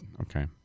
okay